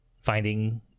finding